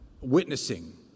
witnessing